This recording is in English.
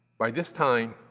by this time,